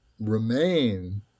remain